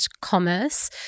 commerce